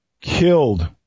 killed